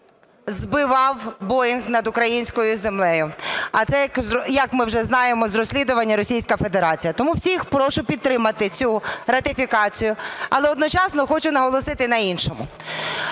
збивав боїнг над українською землею, а це, як ми вже знаємо з розслідування, Російська Федерація. Тому всіх прошу підтримати цю ратифікацію. Але одночасно хочу наголосити на іншому.